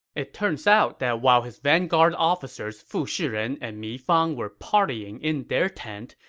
it turns out that while his vanguard officers fu shiren and mi fang were partying in their tent,